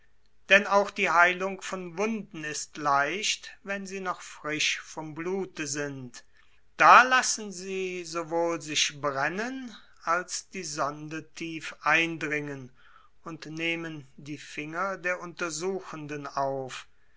denn auch die heilung von wunden ist leicht wenn sie noch frisch vom blute sind da lassen sie sowohl sich brennen als die sonde tief eindringen und nehmen die finger der untersuchenden auf